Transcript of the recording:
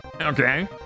okay